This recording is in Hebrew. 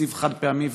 בתקציב חד-פעמי,